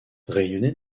réunionnais